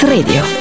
Radio